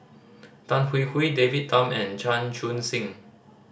Tan Hwee Hwee David Tham and Chan Chun Sing